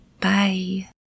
Bye